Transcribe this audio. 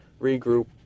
regroup